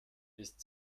ist